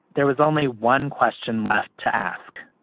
there was only one question left to ask,